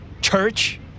Church